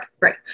right